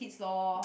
is lor